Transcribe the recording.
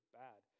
bad